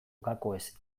gakoez